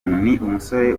umusore